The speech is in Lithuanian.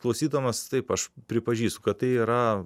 klausydamas taip aš pripažįstu kad tai yra